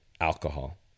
alcohol